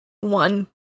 one